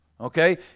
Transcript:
okay